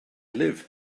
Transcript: live